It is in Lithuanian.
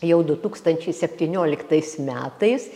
jau du tūkstančiai septynioliktais metais